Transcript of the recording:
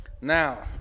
Now